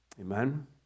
Amen